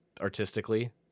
artistically